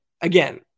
again